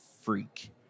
freak